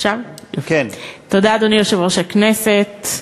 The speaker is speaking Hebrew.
אדוני יושב-ראש הכנסת.